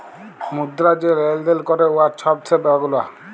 মুদ্রা যে লেলদেল ক্যরে উয়ার ছব সেবা গুলা